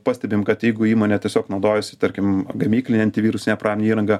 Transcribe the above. pastebim kad jeigu įmonė tiesiog naudojasi tarkim gamyklinę antivirusinę įrangą